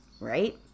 Right